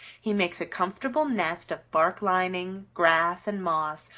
he makes a comfortable nest of bark lining, grass, and moss,